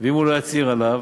ואם הוא לא יצהיר עליו,